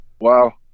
wow